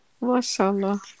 Mashallah